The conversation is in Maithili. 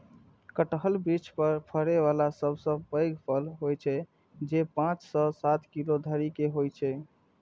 कटहल वृक्ष पर फड़ै बला सबसं पैघ फल होइ छै, जे पांच सं सात किलो धरि के होइ छै